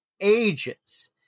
ages